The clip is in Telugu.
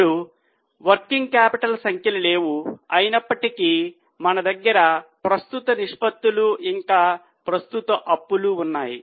ఇప్పుడు వర్కింగ్ క్యాపిటల్ సంఖ్యలు లేవు అయినప్పటికీ మన దగ్గర ప్రస్తుత నిష్పత్తులు ఇంకా ప్రస్తుత అప్పులు ఉన్నాయి